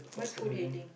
what is food heading